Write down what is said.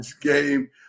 game